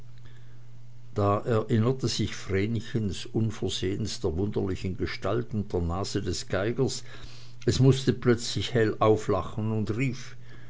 da erinnerte sich vrenchen unversehens der wunderlichen gestalt und der nase des geigers es mußte plötzlich hell auflachen und rief